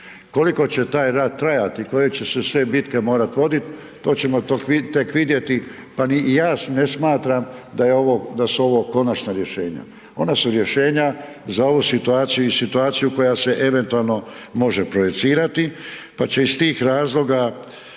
Koliko će taj rat trajati, koje će se sve bitke morat vodit to ćemo tek vidjeti, pa ni ja ne smatram da je ovo, da su ovo konačna rješenja, ona su rješenja za ovu situaciju i situaciju koja se eventualno može projicirati pa će iz tih razloga